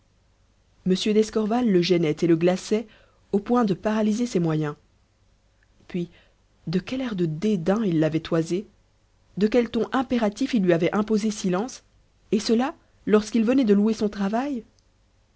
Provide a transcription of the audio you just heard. m d'escorval le gênait et le glaçait au point de paralyser ses moyens puis de quel air de dédain il l'avait toisé de quel ton impératif il lui avait imposé silence et cela lorsqu'il venait de louer son travail